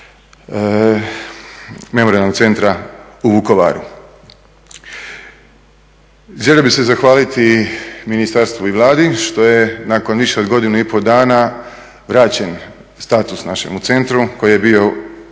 Memorijalnog centra u Vukovaru. Želio bih se zahvaliti ministarstvu i Vladi što je nakon više od godinu i pol dana vraćen status našemu centru koji je bio uzet